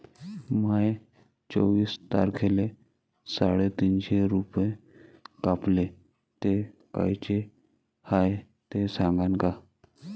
माये चोवीस तारखेले साडेतीनशे रूपे कापले, ते कायचे हाय ते सांगान का?